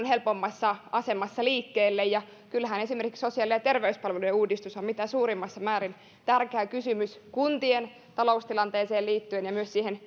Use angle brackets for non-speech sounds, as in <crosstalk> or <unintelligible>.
<unintelligible> helpommassa asemassa liikkeelle kyllähän esimerkiksi sosiaali ja terveyspalveluiden uudistus on mitä suurimmassa määrin tärkeä kysymys kuntien taloustilanteeseen ja myös siihen